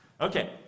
Okay